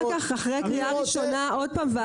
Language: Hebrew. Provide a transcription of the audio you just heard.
אחרי הקריאה הראשונה יש עוד פעם דיון